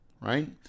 right